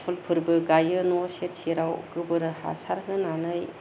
फुलफोरबो गायो न' सेर सेराव गोबोर हासार होनानै